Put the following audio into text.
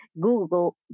Google